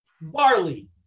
barley